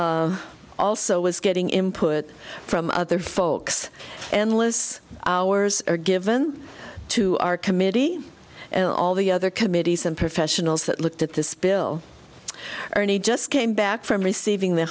resistance also was getting input from other folks endless hours are given to our committee and all the other committees and professionals that looked at this bill or any just came back from receiving the